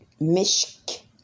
Mishk